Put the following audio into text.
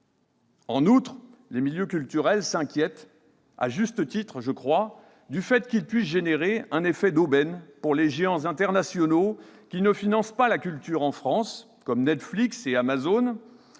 En outre, les milieux culturels s'inquiètent, à juste titre, du fait que ce pass puisse générer un effet d'aubaine pour les géants internationaux qui ne financent pas la culture en France, comme Netflix et Amazon,